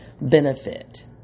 benefit